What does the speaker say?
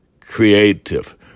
creative